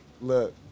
Look